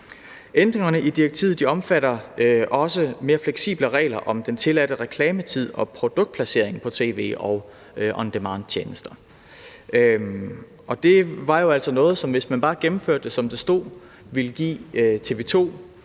Ændringerne i direktivet omfatter også mere fleksible regler om den tilladte reklametid og produktplacering på tv og on demand-tjenester. Og det var jo altså noget, som, hvis man bare gennemførte det, som det stod, ville give TV